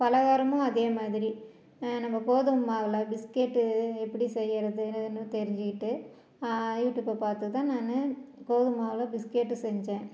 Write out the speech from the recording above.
பலகாரமும் அதே மாதிரி நம்ம கோதுமை மாவில் பிஸ்கெட்டு எப்படி செய்கிறதுன்னு தெரிஞ்சிக்கிட்டு யூடியூபை பார்த்துதான் நான் கோதுமை மாவில் பிஸ்கெட்டு செஞ்சேன்